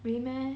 really meh